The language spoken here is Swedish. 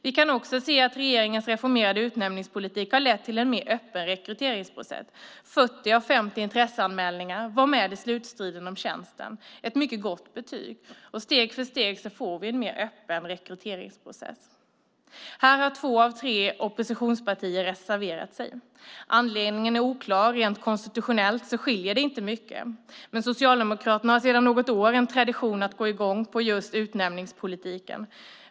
Vi kan också se att regeringens reformerade utnämningspolitik har lett till en mer öppen rekryteringsprocess. 40 av 50 intresseanmälningar var med i slutstriden om tjänsten. Det är ett mycket gott betyg, och steg för steg får vi en mer öppen rekryteringsprocess. Här har två av tre oppositionspartier reserverat sig. Anledningen är oklar. Rent konstitutionellt skiljer det inte mycket. Men Socialdemokraterna har sedan något år en tradition av att gå igång på just utnämningspolitiken.